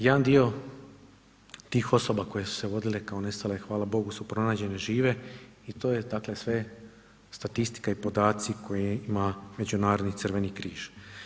Jedan dio tih osoba koje su se vodile kao nestale hvala Bogu su pronađene žive i to je dakle sve statistika i podaci koje ima Međunarodni Crveni križ.